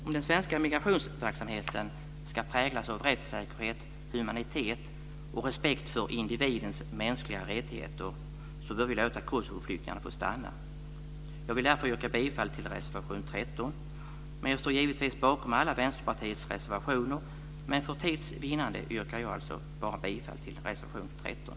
Om den svenska migrationsverksamheten ska präglas av rättssäkerhet, humanitet och respekt för individens mänskliga rättigheter bör vi låta Kosovoflyktingarna få stanna. Jag yrkar därför bifall till reservation 13. Jag står givetvis bakom alla Vänsterpartiets reservationer, men för tids vinnande yrkar jag alltså bifall bara till denna reservation.